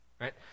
right